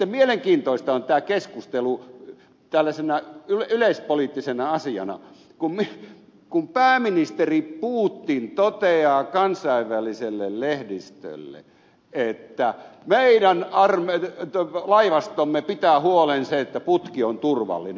sitten mielenkiintoista on tämä keskustelu tällaisena yleispoliittisena asiana kun pääministeri putin toteaa kansainväliselle lehdistölle että meidän laivastomme pitää huolen siitä että putki on turvallinen